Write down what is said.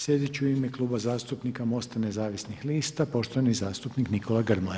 Sljedeći u ime Kluba zastupnika Mosta nezavisnih lista, poštovani zastupnik Nikola Grmoja.